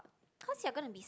cause you're gonna be